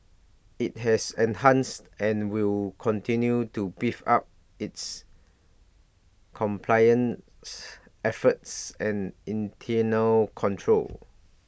IT has enhanced and will continue to beef up its compliance efforts and internal controls